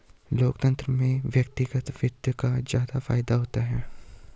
लोकतन्त्र में व्यक्तिगत वित्त का ज्यादा फायदा होता है